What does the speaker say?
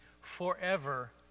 forever